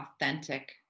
authentic